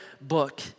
book